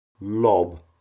lob